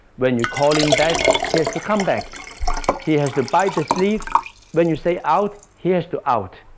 when you call him back he has to come back he has to bite the sleeve when you say out, he has to out